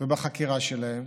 ובחקירה שלהם,